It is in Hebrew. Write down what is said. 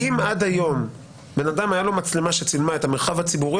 אם עד היום לבן אדם הייתה מצלמה שצילמה את המרחב הציבורי